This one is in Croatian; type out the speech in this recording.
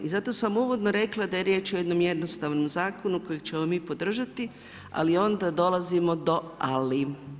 I zato sam uvodno rekla da je riječ o jednom jednostavnom zakonu kojeg ćemo mi podržati, ali onda dolazimo do ali.